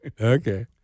Okay